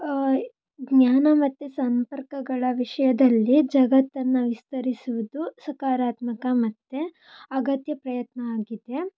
ಜ್ಞಾನ ಮತ್ತು ಸಂಪರ್ಕಗಳ ವಿಷಯದಲ್ಲಿ ಜಗತ್ತನ್ನು ವಿಸ್ತರಿಸುವುದು ಸಕಾರಾತ್ಮಕ ಮತ್ತು ಅಗತ್ಯ ಪ್ರಯತ್ನ ಆಗಿದೆ